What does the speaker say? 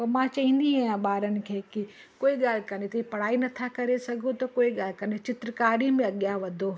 पोइ मां चवंदी आहियां ॿारनि खे कि कोई ॻाल्हि काने कि पढ़ाई नथा करे सघो कोई ॻाल्हि काने चित्रकारी में अॻियां वधो